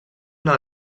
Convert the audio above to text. una